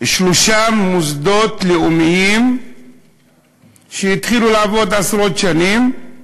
שלושה מוסדות לאומיים שהתחילו לעבוד, עשרות שנים,